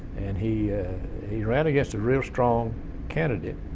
and he he ran against a real strong candidate,